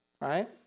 right